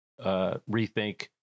rethink